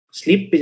sleep